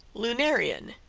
lunarian,